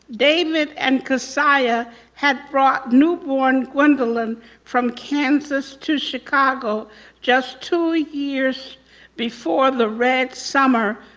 david and keziah had brought newborn gwendolyn from kansas to chicago just two years before the red summer,